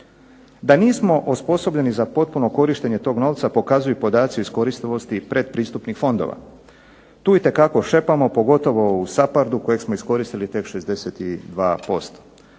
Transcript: Da nismo osposobljeni za potpuno korištenje tog novca govore podaci o iskoristivosti predpristupnih fondova, tu itekako šepamo pogotovo u SAPARD-u kojeg smo iskoristili tek 62%.